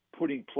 putting